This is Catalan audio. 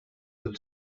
del